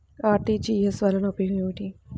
RTGS వలన ఉపయోగం ఏమిటీ?